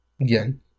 again